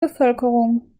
bevölkerung